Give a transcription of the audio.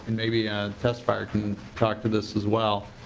and maybe testifier can talk to this as well.